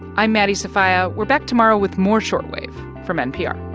i'm maddie sofia. we're back tomorrow with more short wave from npr